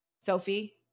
Sophie